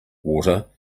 water